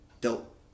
Dope